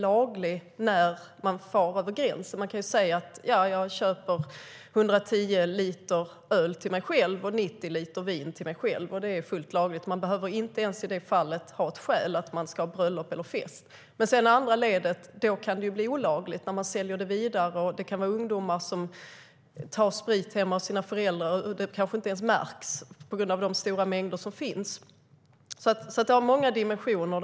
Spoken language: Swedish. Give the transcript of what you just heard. Det är fullt lagligt att köpa 110 liter öl och 90 liter vin till sig själv. Man behöver inte ens ha ett skäl som bröllop eller fest. Men det kan bli olagligt om man säljer det vidare i andra ledet eller om ungdomar tar sprit hemma hos sina föräldrar, vilket kanske inte ens märks på grund av det finns så stora mängder. Detta har alltså många dimensioner.